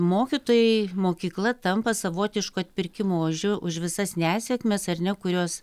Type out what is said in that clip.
mokytojai mokykla tampa savotišku atpirkimo ožiu už visas nesėkmes ar ne kurios